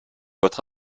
votre